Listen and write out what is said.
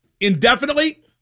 indefinitely